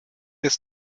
des